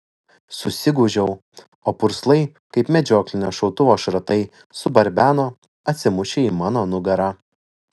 susigūžiau o purslai kaip medžioklinio šautuvo šratai subarbeno atsimušę į mano nugarą